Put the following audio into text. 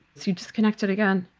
you disconnected again.